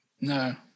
No